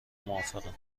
موافقم